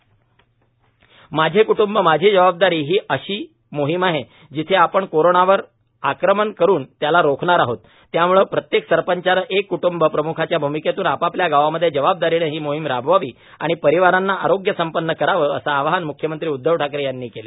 माझे क्ट्ंब माझी जबाबदारी माझे क्ट्ंब माझी जबाबदारी ही अशी मोहीम आहे जिथे आपण कोरोनावर आक्रमण करून त्याला रोखणार आहोत त्याम्ळे प्रत्येक सरपंचाने एका क्टंब प्रम्खाच्या भूमिकेतून आपापल्या गावांमध्ये जबाबदारीने ही मोहीम राबवावी आणि परिवारांना आरोग्यसंपन्न करावे असे आवाहन म्ख्यमंत्री उद्धव ठाकरे यांनी केले